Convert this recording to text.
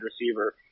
receiver